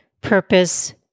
purpose